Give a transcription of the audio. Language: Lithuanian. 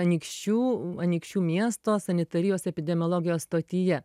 anykščių anykščių miesto sanitarijos epidemiologijos stotyje